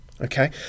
Okay